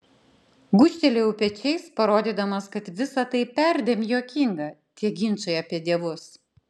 gūžtelėjau pečiais parodydamas kad visa tai perdėm juokinga tie ginčai apie dievus